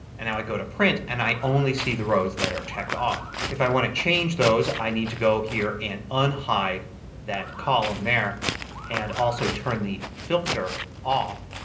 now i go to print and i only see the rows that are checked off. if i want to change those i need to go here and unhide that column there and also turn the filter off